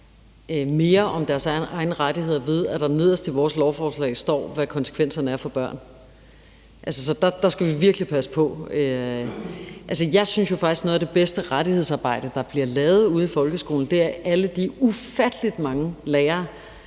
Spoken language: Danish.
mere om deres egne rettigheder, ved at der nederst i vores lovforslag står, hvad konsekvenserne er for børn. Altså, der skal vi virkelig passe på. Jeg synes jo faktisk, at noget af det bedste rettighedsarbejde, der bliver lavet ude i folkeskolen, er af alle de ufattelig mange lærere,